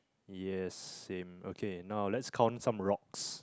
yes same okay now let's count some rocks